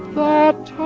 that